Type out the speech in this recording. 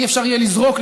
אי-אפשר יהיה לזרוק,